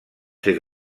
ser